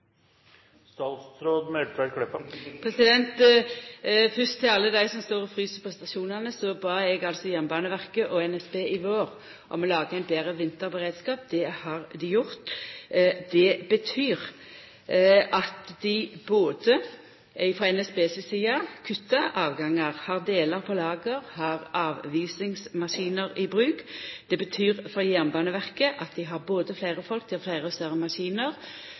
Fyrst til alle dei som står og frys på stasjonane: Eg bad Jernbaneverket og NSB i vår om å ha ein betre vinterberedskap. Det har dei gjort. Det betyr at dei frå NSB si side både kuttar avgangar, har delar på lager og har avisingsmaskiner i bruk. Det betyr for Jernbaneverket at dei har både fleire folk, dei har fleire og større